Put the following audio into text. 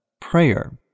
prayer